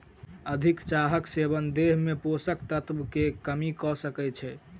अधिक चाहक सेवन देह में पोषक तत्व के कमी कय सकै छै